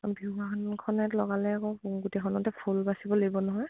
বিহুুৱানখনত লগালে আকৌ গোটেইখনতে ফুল বাচিব লিব নহয়